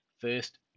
First